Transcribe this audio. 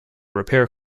repair